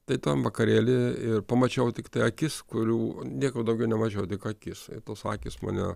tai tam vakarėly ir pamačiau tiktai akis kurių nieko daugiau nemačiau tik akis ir tos akys mane